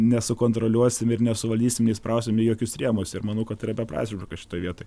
nesukontroliuosim ir nesuvaldysim neįsprausim į jokius rėmus ir manau kad yra beprasmiška šitoj vietoj